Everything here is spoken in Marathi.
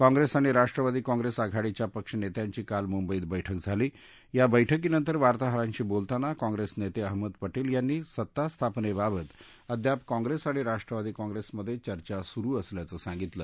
काँग्रेस आणि राष्ट्रवादी कॉंग्रेस आघाडीच्या पक्ष नेत्यांची काल मुंबईत बैठक झाली या बैठकीनंतर वार्ताहरांशी बोलताना काँग्रेस नेते अहमद पटेल यांनी सत्ता स्थापनेबाबत अद्याप काँग्रेस आणि राष्ट्रवादी काँग्रेसमध्ये चर्चा सुरु असल्याचं सांगितलं